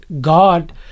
God